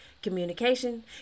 Communication